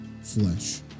flesh